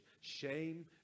shame